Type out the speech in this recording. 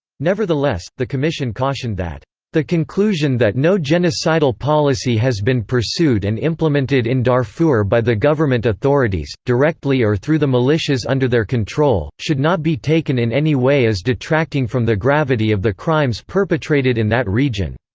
nevertheless, the commission cautioned that the conclusion that no genocidal policy has been pursued and implemented in darfur by the government authorities, directly or through the militias under their control, should not be taken in any way as detracting from the gravity of the crimes perpetrated in that region.